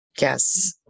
Yes